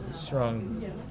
strong